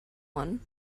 one